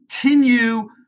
continue